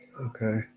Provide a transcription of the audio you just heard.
Okay